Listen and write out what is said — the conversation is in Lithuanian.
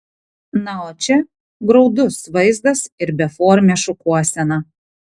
na o čia graudus vaizdas ir beformė šukuosena